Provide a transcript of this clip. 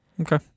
Okay